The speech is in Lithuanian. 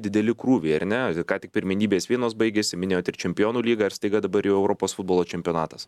dideli krūviai ar ne ką tik pirmenybės vienos baigėsi minėjot ir čempionų lygą ir staiga dabar jau europos futbolo čempionatas